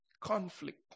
conflict